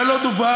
זה לא דובר?